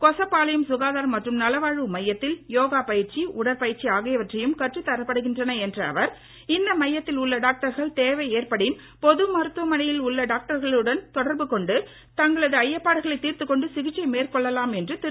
கொசப்பாளையம் சுகாதாரம் மற்றும் நல்வாழ்வு மையத்தில் யோகா பயிற்சி உடற்பயிற்சி ஆகியவையும் கற்று தரப்படுகின்றன என்ற அவர் இந்த மையத்தில் உள்ள டாக்டர்கள் தேவை ஏற்படின் பொது மருத்துவமனையில் உள்ள டாக்டர்களுடன் தொடர்பு கொண்டு தங்களது ஐயப்பாடுகளை தீர்த்து கொண்டு சிகிச்சை மேற்கு கொள்ளலாம் என திரு